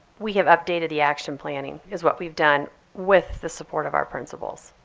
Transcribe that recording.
we have updated the action planning is what we've done with the support of our principals.